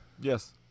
Yes